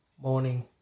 morning